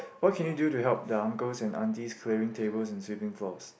what can you do to help the uncles and aunties clearing tables and sweeping floors